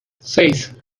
seis